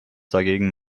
dagegen